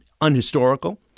unhistorical